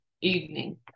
evening